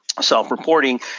self-reporting